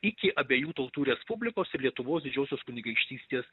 iki abiejų tautų respublikos ir lietuvos didžiosios kunigaikštystės